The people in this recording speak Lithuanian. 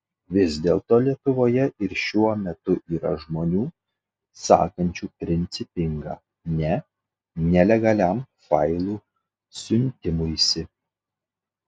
vis dėlto lietuvoje ir šiuo metu yra žmonių sakančių principingą ne nelegaliam failų siuntimuisi